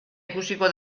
ikusiko